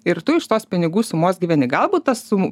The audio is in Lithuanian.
ir tu iš tos pinigų sumos gyveni galbūt ta suma